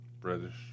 British